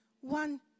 One